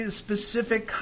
specific